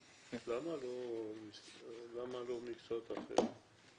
למה לא מקצועות אחרים?